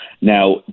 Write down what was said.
Now